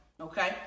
okay